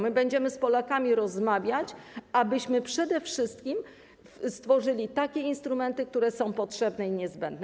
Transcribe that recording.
My będziemy z Polakami rozmawiać, abyśmy przede wszystkim stworzyli takie instrumenty, które są potrzebne i niezbędne.